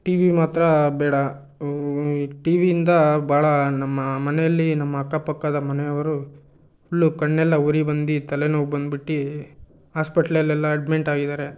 T V ಮಾತ್ರ ಬೇಡ ಟಿ ವಿಯಿಂದ ಭಾಳ ನಮ್ಮ ಮನೇಲಿ ನಮ್ಮ ಅಕ್ಕಪಕ್ಕದ ಮನೆಯವ್ರು ಫುಲ್ಲು ಕಣ್ಣೆಲ್ಲ ಉರಿ ಬಂದು ತಲೆನೋವು ಬಂದ್ಬಿಟ್ಟು ಹಾಸ್ಪೆಟ್ಲಲ್ಲೆಲ್ಲ ಅಡ್ಮಿಂಟ್ ಆಗಿದ್ದಾರೆ